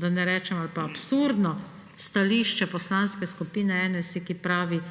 ali pa absurdno stališče Poslanske skupine NSi, ki pravi,